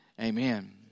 Amen